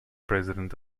president